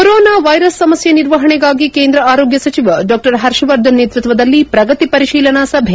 corona virus ಸಮಸ್ಯೆ ನಿರ್ವಹಣೆಗಾಗಿ ಕೇಂದ್ರ ಆರೋಗ್ಗ ಸಚಿವ ಡಾ ಹರ್ಷವರ್ಧನ್ ನೇತೃತ್ವದಲ್ಲಿ ಪ್ರಗತಿ ಪರಿಶೀಲನಾಸಭೆ